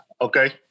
Okay